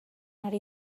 ari